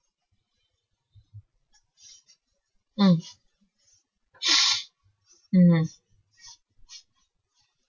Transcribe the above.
mm mm